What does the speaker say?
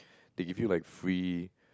they give you like free